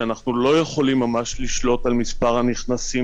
שאנחנו לא יכולים ממש לשלוט על מספר הנכנסים